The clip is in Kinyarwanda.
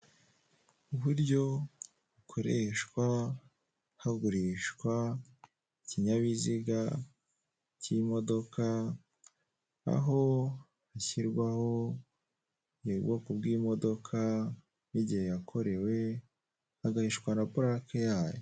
Uburyo bukoreshwa hagurishwa ikinyabiziga cy'imodoka aho hashyirwaho ubwoko bw'imodoka, n'igihe yakorewe, hagahishwa na purake yayo.